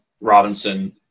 Robinson